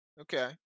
Okay